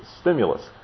stimulus